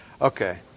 Okay